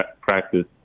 practice